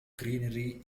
greenery